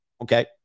Okay